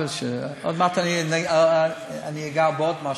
עוד מעט אגע בעוד משהו,